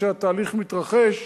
ועד שהתהליך מתרחש,